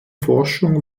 forschung